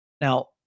Now